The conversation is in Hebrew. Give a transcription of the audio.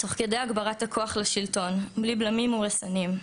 תוך כדי הגברת הכוח לשלטון, בלי בלמים ורסנים.